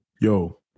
yo